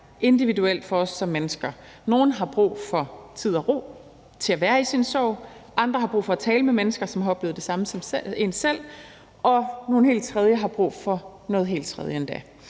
individuelt for os som mennesker. Nogle har brug for tid og ro til at være i deres sorg, andre har brug for at tale med mennesker, som har oplevet det samme som dem selv, og en helt tredje gruppe har brug for noget helt tredje.